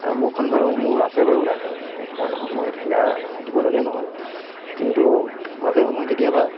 মোৰখন বাৰু মোৰ আছে বাৰু লাইচেন্স নথকা নহয় মই তেতিয়া দিবলগীয়া নহয় কিন্তু মাজে সময় কেতিয়াবা